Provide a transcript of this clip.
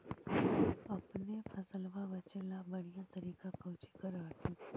अपने फसलबा बचे ला बढ़िया तरीका कौची कर हखिन?